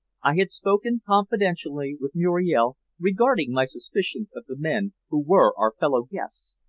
i had spoken confidentially with muriel regarding my suspicions of the men who were our fellow-guests,